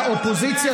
לאופוזיציה